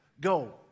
Go